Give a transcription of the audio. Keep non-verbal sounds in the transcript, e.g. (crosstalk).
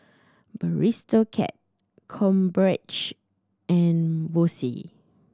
(unintelligible) Cat Krombacher and Bose